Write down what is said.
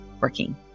working